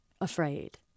afraid